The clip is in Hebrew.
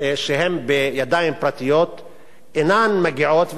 שהם בידיים פרטיות אינם מגיעים,